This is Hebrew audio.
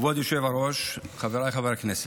כבוד היושב-ראש, חבריי חברי הכנסת,